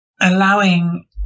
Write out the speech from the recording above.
allowing